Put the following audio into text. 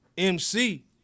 MC